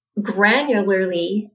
granularly